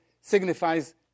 signifies